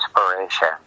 inspiration